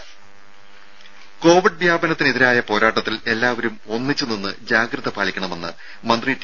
രും കോവിഡ് വ്യാപനത്തിനെതിരായ പോരാട്ടത്തിൽ എല്ലാവരും ഒന്നിച്ച് നിന്ന് ജാഗ്രത പാലിക്കണമെന്ന് മന്ത്രി ടി